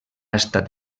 estat